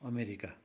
America